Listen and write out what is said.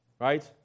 right